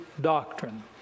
doctrine